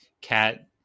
Cat